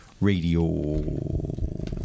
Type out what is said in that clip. radio